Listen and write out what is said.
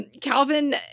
Calvin